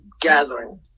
gathering